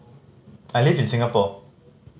I live in Singapore